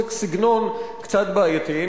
זה סגנון קצת בעייתי.